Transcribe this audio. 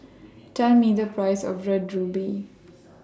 Tell Me The Price of Red Ruby